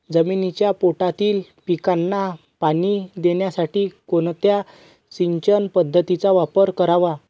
जमिनीच्या पोटातील पिकांना पाणी देण्यासाठी कोणत्या सिंचन पद्धतीचा वापर करावा?